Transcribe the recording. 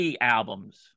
albums